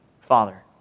father